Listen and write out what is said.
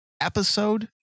episode